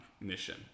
mission